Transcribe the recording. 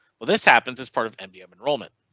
well this happens is part of mdm enrollment.